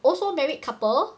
also married couples